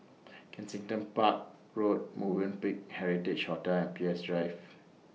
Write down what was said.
Kensington Park Road Movenpick Heritage Hotel and Peirce Drive